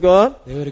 God